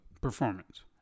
Performance